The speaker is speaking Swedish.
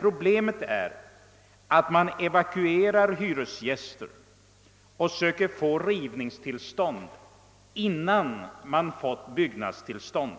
Problemet är emellertid att man evakuerar hyresgäster och söker rivningstillstånd innan man fått byggnadstillstånd.